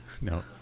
no